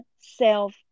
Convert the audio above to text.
self